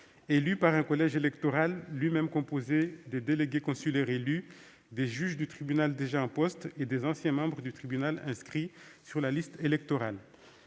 élus par un collège électoral lui-même composé des délégués consulaires élus, des juges du tribunal déjà en poste et des anciens membres du tribunal inscrits sur la liste électorale.